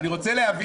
אני רוצה להבין.